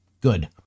Good